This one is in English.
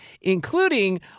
including